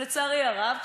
ולצערי הרב,